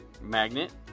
magnet